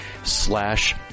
slash